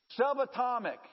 Subatomic